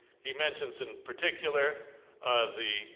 he mentions in particular the